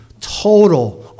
total